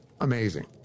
amazing